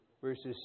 verses